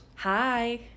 Hi